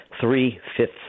three-fifths